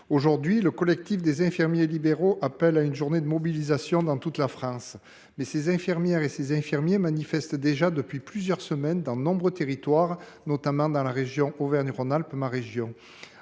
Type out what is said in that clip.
Aujourd’hui, le collectif des infirmiers libéraux appelle à une journée de mobilisation dans toute la France. Mais ces infirmières et ces infirmiers manifestent déjà depuis plusieurs semaines dans de nombreux territoires, notamment dans ma région, l’Auvergne Rhône Alpes. Afin